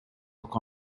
look